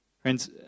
Friends